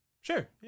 Sure